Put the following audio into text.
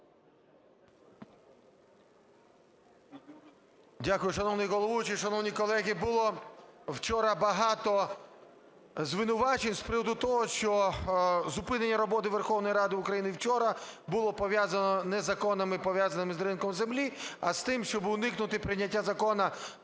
Дякую. Шановний головуючий, шановні колеги, було вчора багато звинувачень з приводу того, що зупинення роботи Верховної Ради України вчора було пов'язано не із законами, пов'язаними з ринком землі, а з тим, щоби уникнути прийняття Закону